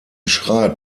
schreibt